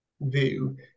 view